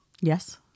Yes